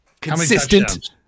Consistent